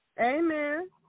Amen